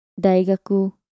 Daigaku